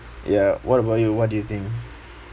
ya what about you what do you think